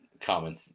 common